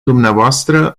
dvs